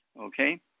okay